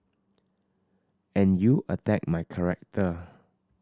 and you attack my character